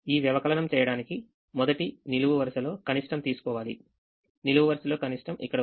ఈ వ్యవకలనం చేయడానికి మొదటి నిలువు వరుసలో కనిష్టం తీసుకోవాలి నిలువు వరుసలో కనిష్టం ఇక్కడ ఉంది